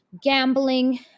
gambling